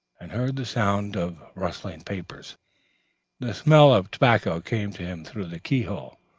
and heard the sound of rustling papers the smell of tobacco came to him through the key-hole.